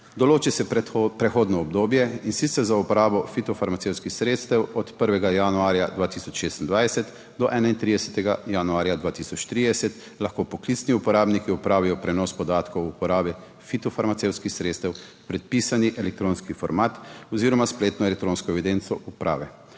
Določi se prehodno obdobje, in sicer za uporabo fitofarmacevtskih sredstev, od 1. januarja 2026 do 31. januarja 2030 lahko poklicni uporabniki opravijo prenos podatkov o uporabi fitofarmacevtskih sredstev v predpisanem elektronskem formatu oziroma s spletne elektronske evidence uprave,